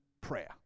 prayer